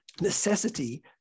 necessity